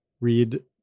read